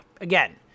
again